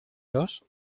dos